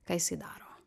ką jisai daro